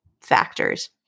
factors